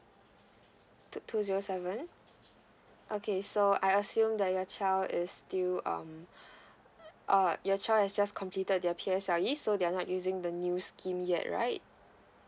two two zero seven okay so I assume that your child is still um uh your child is just completed their P_S_L_E so they are not using the new scheme yet right